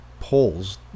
poles